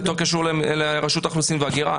זה יותר קשור לרשות האוכלוסין וההגירה.